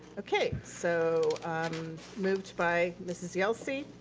okay. so moved by mrs. yelsey,